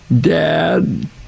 dad